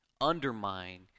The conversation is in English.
undermine